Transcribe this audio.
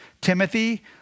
Timothy